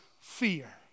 fear